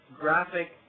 Graphic